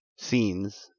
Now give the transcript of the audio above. scenes